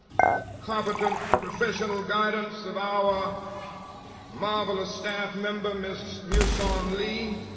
the competent professional guidance of our marvelous staff member, miss mew soong-li,